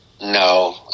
No